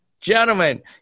gentlemen